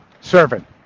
serving